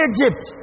Egypt